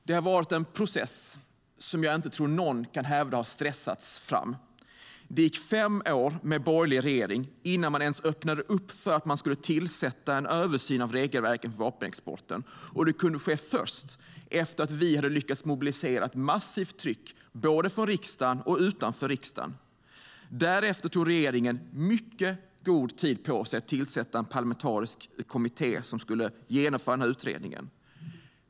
Det har varit en process som jag inte tror någon kan hävda har stressats fram. Det gick fem år med en borgerlig regering innan man ens öppnade upp för att tillsätta en översyn av regelverket för vapenexporten, och det kunde ske först efter att vi hade lyckats mobilisera ett massivt tryck både i och utanför riksdagen. Därefter tog regeringen mycket god tid på sig att tillsätta en parlamentarisk kommitté som skulle genomföra utredningen.